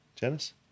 Janice